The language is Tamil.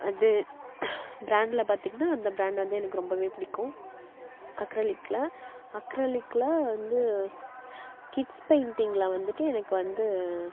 அது பிராண்ட்டில் பார்த்தீங்கன்னா இந்த பிராண்ட் வந்து எனக்கு ரொம்பவே பிடிக்கும் அக்ரலிக்கில் அக்ரலிக்கில் வந்து கிட்ஸ் பெயிண்டிங்கில் வந்துவிட்டு எனக்கு வந்து